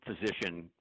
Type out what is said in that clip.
physician